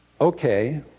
okay